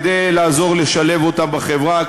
כדי לעזור לשלב אותם בחברה,